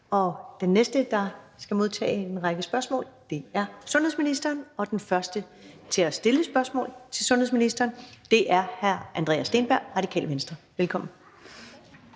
Den næste, der skal modtage en række spørgsmål, er sundhedsministeren. Og den første til at stille spørgsmål til sundhedsministeren er hr. Andreas Steenberg, Radikale Venstre. Kl.